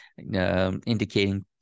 Indicating